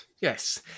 Yes